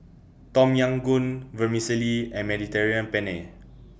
Tom Yam Goong Vermicelli and Mediterranean Penne